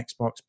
Xbox